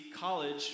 college